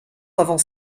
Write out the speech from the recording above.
avant